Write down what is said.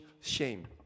shame